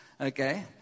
okay